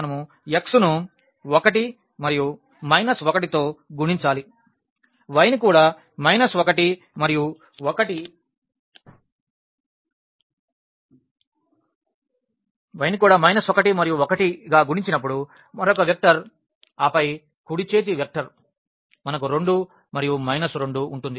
మనము x ను 1 మరియు మైనస్ 1 తో గుణించాలి y ని కూడా మైనస్ 1 మరియు 1 తో గుణించినప్పుడు మరొక వెక్టర్ ఆపై కుడి చేతి వెక్టర్ మనకు 2 మరియు మైనస్ 2 ఉంటుంది